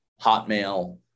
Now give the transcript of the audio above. hotmail